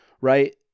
right